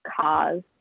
cause